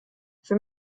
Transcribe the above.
wir